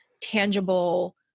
tangible